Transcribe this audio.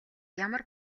ямар